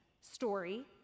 story